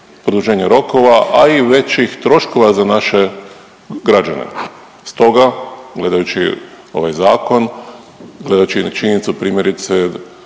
a i većih troškova za naše građane. Stoga gledajući ovaj zakon gledajući činjenicu primjerice